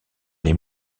les